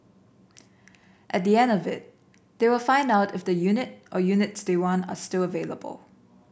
at the end of it they will find out if the unit or units they want are still available